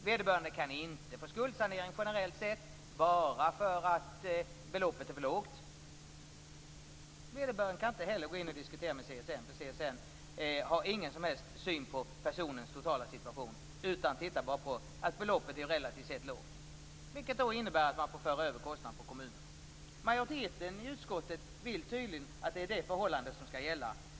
Vederbörande kan inte få skuldsanering generellt sett, därför att beloppet är för lågt. Inte heller kan vederbörande gå in och diskutera med CSN, eftersom CSN inte har någon som helst syn på personens totala situation utan bara ser att beloppet är relativt lågt. Detta innebär att kostnaden förs över till kommunen. Majoriteten i utskottet vill tydligen att det är detta förhållande som skall gälla.